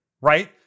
right